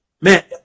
man